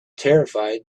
terrified